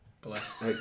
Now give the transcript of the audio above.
Bless